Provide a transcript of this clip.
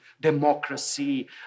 democracy